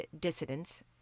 dissidents